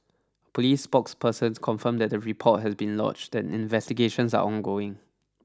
police spokesperson confirmed that the report has been lodged and investigations are ongoing